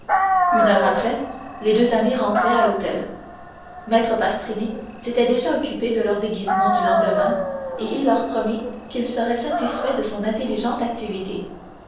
une heure après les deux amis rentraient à l'hôtel maître pastrini s'était déjà occupé de leurs déguisements du lendemain et il leur promit qu'ils seraient satisfaits de son intelligente activité